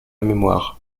mémoire